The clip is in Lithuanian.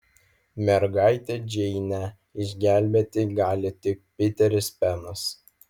mergaitę džeinę išgelbėti gali tik piteris penas